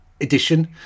edition